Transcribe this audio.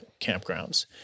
campgrounds